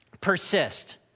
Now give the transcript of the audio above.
persist